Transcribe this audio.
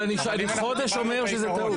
אבל אני חודש אומר שזה טעות.